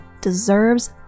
deserves